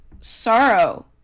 Sorrow